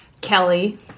Kelly